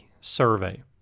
survey